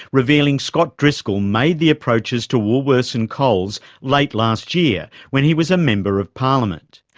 revealing scott driscoll made the approaches to woolworths and coles late last year when he was a member of parliament.